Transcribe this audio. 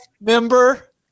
member